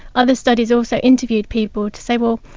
other studies also interviewed people to say, well,